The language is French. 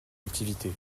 activité